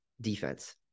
defense